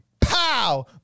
Pow